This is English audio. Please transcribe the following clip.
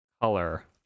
color